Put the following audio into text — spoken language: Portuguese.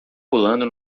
pulando